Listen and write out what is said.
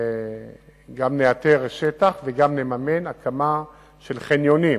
גם נאתר שטח וגם נממן הקמה של חניונים,